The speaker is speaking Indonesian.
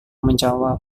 menjawab